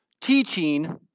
teaching